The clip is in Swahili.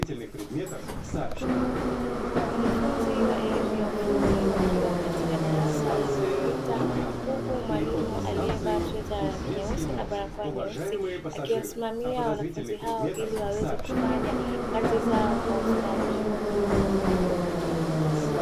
Wanafunzi wa elimu ya ufundi wakiwa katika darasa la kompyuta huku mwalimu aliyevaa sweta la rangi nyeusi na barakoa nyeusi akiwasimamia wanafunzi hao ili waweze kufanya kazi zao kwa ustadi mkubwa.